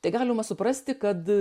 tai galima suprasti kad